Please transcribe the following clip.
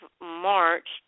March